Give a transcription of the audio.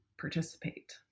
participate